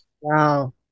Wow